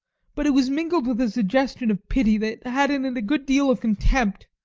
but it was mingled with a suggestion of pity that had in it a good deal of contempt.